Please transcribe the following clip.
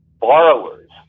borrowers